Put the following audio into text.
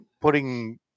putting